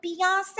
Beyonce